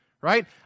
right